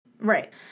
Right